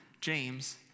James